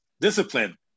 Discipline